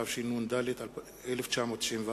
התשנ"ד 1994,